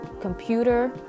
computer